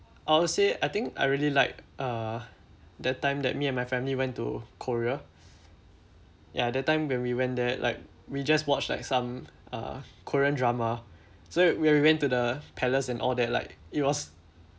I would say I think I really like uh that time that me and my family went to korea ya that time when we went there like we just watch like some uh korean drama so when we went to the palace and all that like it was